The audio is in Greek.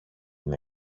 την